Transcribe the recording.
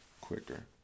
quicker